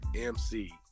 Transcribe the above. MC